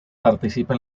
participe